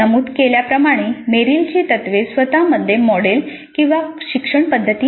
नमूद केल्याप्रमाणे मेरिलची तत्त्वे स्वत मध्ये मॉडेल किंवा शिक्षण पद्धती नाही